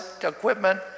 equipment